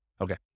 Okay